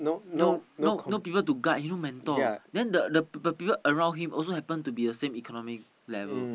no no no people to guide no mentor then the the people around him also happen to be the same economic level